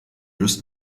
löst